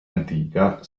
antica